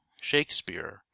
shakespeare